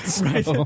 Right